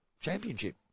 championship